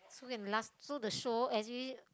okay we last so the show actually